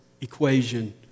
equation